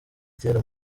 kera